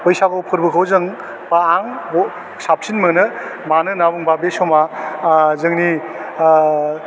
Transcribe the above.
बैसागु फोरबोखौ जों बा आं साबसिन मोनो मानो होन्ना बुङोब्ला बे समा आह जोंनि आह